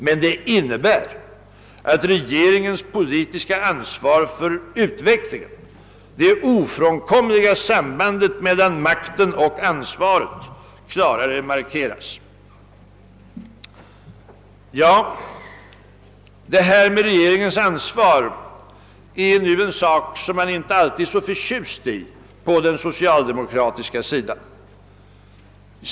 Men det innebär att regeringens politiska ansvar för utvecklingen, det ofrånkomliga sambandet mellan makten och ansvaret, klarare markeras. Detta med regeringens ansvar är nu en sak som man på den socialdemokratiska sidan inte alltid är så förtjust i.